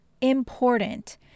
important